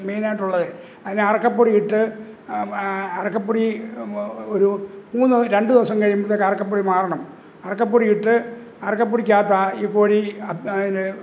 main ആയിട്ടുള്ളത് അതിന് അറക്കപ്പൊടി ഇട്ട് അറക്കപ്പൊടി ഒരു മൂന്ന് രണ്ട് ദിവസം കഴിയുമ്പോഴത്തേക്ക് അറക്കപ്പൊടി മാറണം അറക്കപ്പൊടി ഇട്ട് അറക്കപ്പൊടിക്കകത്താണ് ഈ കോഴി